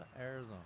Arizona